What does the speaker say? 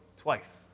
twice